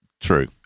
true